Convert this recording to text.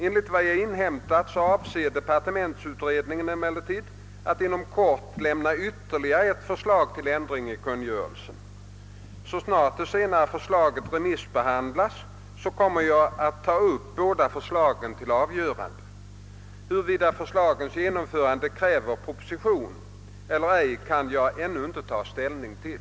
Enligt vad jag inhämtat avser departementsutredningen emellertid att inom kort lämna ytterligare ett förslag till ändring i kungörelsen. Så snart det senare förslaget remissbehandlats kommer jag att ta upp båda förslagen till avgörande. Huruvida förslagens genomförande kräver proposition eller ej kan jag ännu inte ta ställning till.